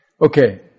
okay